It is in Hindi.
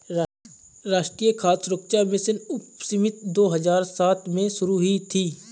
राष्ट्रीय खाद्य सुरक्षा मिशन उपसमिति दो हजार सात में शुरू हुई थी